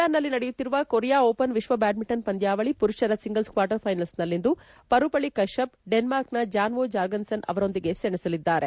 ಇಂಚಿಯಾನ್ನಲ್ಲಿ ನಡೆಯುತ್ತಿರುವ Korea open ವಿಕ್ವ badminton ಪಂದ್ಯಾವಳಿ ಪುರುಪರ ಸಿಂಗಲ್ಸ್ ಕ್ವಾರ್ಟರ್ಫೈನಲ್ಲ್ ನಲ್ಲಿಂದು ಪರುಪಳ್ಳ ಕಶ್ಯಪ್ ಡೆನ್ಕಾರ್ಕ್ನ ಜಾನ್ ಓ ಸೆಣಸಲಿದ್ದಾರೆ